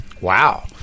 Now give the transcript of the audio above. Wow